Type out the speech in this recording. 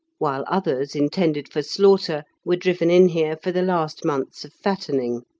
while others intended for slaughter were driven in here for the last months of fattening.